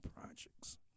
projects